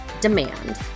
demand